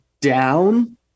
down